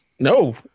No